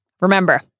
remember